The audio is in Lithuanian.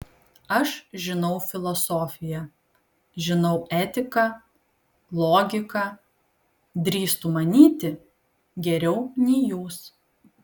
aš žinau filosofiją žinau etiką logiką drįstu manyti geriau nei jūs